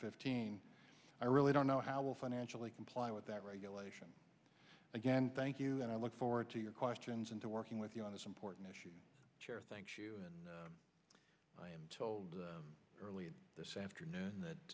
fifteen i really don't know how we'll financially comply with that regulation again thank you and i look forward to your questions and to working with you on this important issue chair thank you and i am told earlier this afternoon